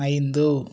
ஐந்து